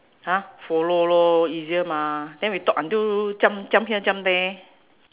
!huh! follow lor easier mah then we talk until jump jump here jump there